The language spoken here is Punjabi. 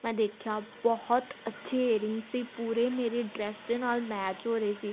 ਮੈਂ ਦੇਖਿਆ ਬਹੁਤ ਅੱਛੇ ਏਅਰਿੰਗ ਸੀ ਪੂਰੇ ਮੇਰੇ ਡਰੈਸ ਦੇ ਨਾਲ ਮੈਚ ਹੋ ਰਹੇ ਸੀ